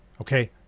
Okay